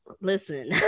listen